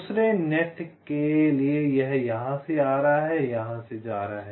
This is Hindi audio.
दूसरे नेट के लिए यह यहाँ से आ रहा है यहाँ से जा रहा है